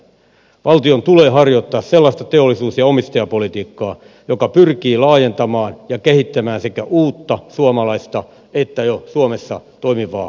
valtion tulee harjoittaa sellaista teollisuus ja omistajapolitiikkaa joka pyrkii laajentamaan ja kehittämään sekä uutta suomalaista että jo suomessa toimivaa teollisuutta